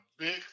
Big